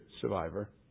survivor